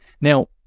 Now